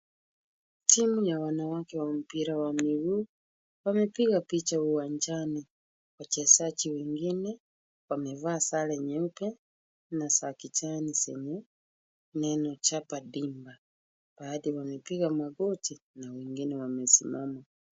Timu ya wanawake wa mpira wa miguu wamepiga picha uwanjani. Wachezaji wengine wamevaa sare nyeupe na za kijani zenye neno chapa dimba. Baadhi wamepiga magoti na wengine wamesimama.